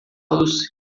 los